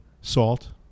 salt